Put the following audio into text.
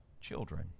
children